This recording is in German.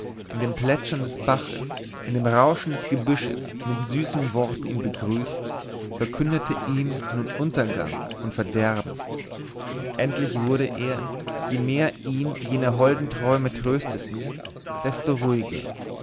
in dem plätschern des baches in dem rauschen des gebüsches mit süßem wort ihn begrüßt verkündete ihm nun untergang und verderben endlich wurde er je mehr ihn jene holden träume trösteten desto ruhiger